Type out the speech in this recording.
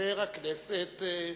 חבר הכנסת,